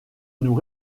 nous